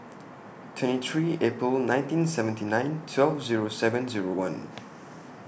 twenty three April nineteen seventy nine twelve Zero seven Zero one